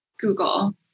Google